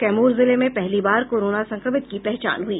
कैमूर जिले में पहली बार कोरोना संक्रमित की पहचान हुई